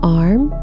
arm